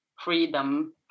freedom